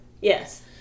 Yes